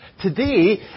Today